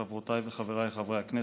חברותיי וחבריי חברי הכנסת,